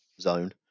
zone